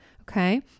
Okay